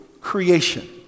creation